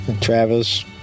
Travis